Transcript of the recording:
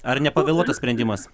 ar nepavėluotas sprendimas